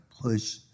push